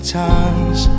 times